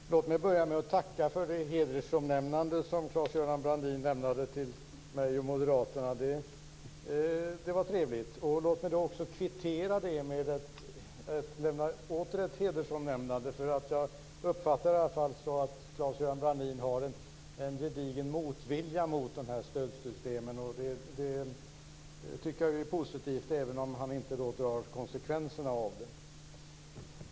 Fru talman! Låt mig börja med att tacka för det hedersomnämnande som Claes-Göran Brandin lämnade om mig och Moderaterna. Det var trevligt. Låt mig också kvittera det med att lämna ett hedersomnämnande. Jag uppfattade det i alla fall som att Claes Göran Brandin har en gedigen motvilja mot de här stödsystemen. Det tycker jag är positivt, även om han inte drar konsekvenserna av det.